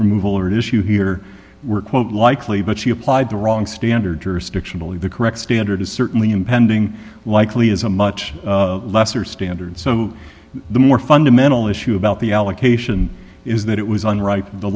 removal or issue here were quite likely but she applied the wrong standard jurisdictionally the correct standard is certainly impending likely is a much lesser standard so the more fundamental issue about the allocation is that it was on